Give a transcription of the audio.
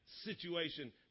situation